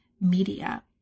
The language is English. media